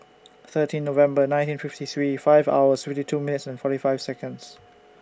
thirteen November nineteen fifty three five hours fifty two minutes and forty five Seconds